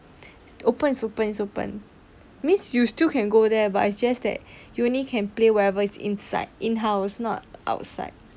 open it's open it's open it's open means you still can go there but it's just that you only can play wherever it's inside in house not outside